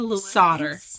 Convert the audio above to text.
Solder